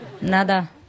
Nada